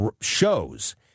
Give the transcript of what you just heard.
shows